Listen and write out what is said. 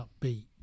upbeat